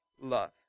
love